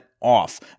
off